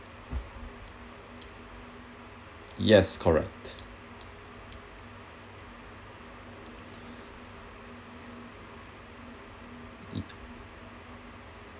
yes correct